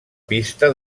pista